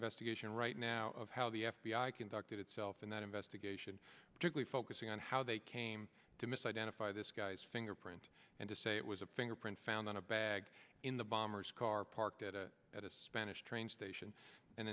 investigation right now of how the f b i conducted itself in that investigation particularly focusing on how they came to misidentify this guy's fingerprint and to say it was a fingerprint found on a bag in the bombers car parked at a at a spanish train station and